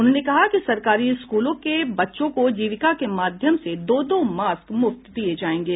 उन्होंने कहा कि सरकारी स्कूलों के बच्चों को जीविका के माध्यम से दो दो मास्क मुफ्त दिये जायेंगे